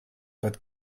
but